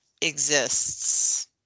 exists